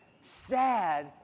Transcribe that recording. sad